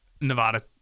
Nevada